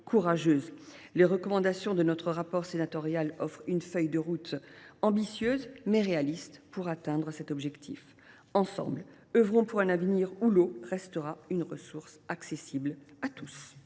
Les recommandations de notre rapport sénatorial offrent une feuille de route ambitieuse, mais réaliste, pour atteindre cet objectif. Ensemble, œuvrons pour un avenir où l’eau restera une ressource accessible à tous.